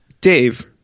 Dave